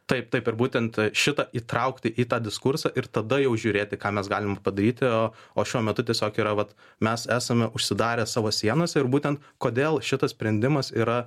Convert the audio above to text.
taip taip ir būtent e šitą įtraukti į tą diskursą ir tada jau žiūrėti ką mes galim padaryti o o šiuo metu tiesiog yra vat mes esame užsidarę savo sienas ir būtent kodėl šitas sprendimas yra